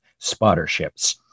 spotterships